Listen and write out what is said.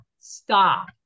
stop